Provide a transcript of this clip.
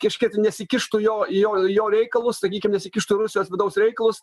kažkaip tai nesikištų į jo į jo į jo reikalus sakykim nesikištų į rusijos vidaus reikalus